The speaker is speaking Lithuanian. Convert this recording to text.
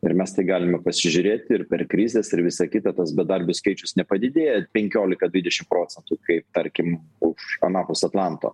ir mes tai galime pasižiūrėti ir per krizes ir visa kita tas bedarbių skaičius nepadidėja penkiolika dvidešim procentų kaip tarkim už anapus atlanto